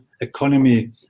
economy